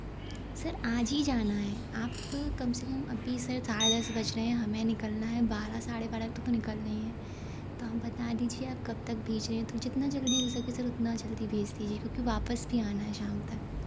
sir आज ही जाना है आप कम से कम अभी सर साढ़े दस बज रहे हैं हमे निकलना है बारह साढ़े बारह तो निकालना ही है तो हम बता दीजिए आप कब तक भेज रहे हैं तो जितना जल्दी हो सके सर उतना जल्दी भेज दीजिएगा क्योंकि वापस भी आना हैं शाम तक